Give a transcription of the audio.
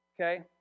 Okay